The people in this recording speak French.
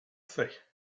fait